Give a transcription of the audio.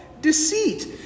deceit